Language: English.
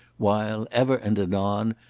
while, ever and anon,